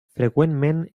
freqüentment